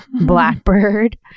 Blackbird